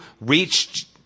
reached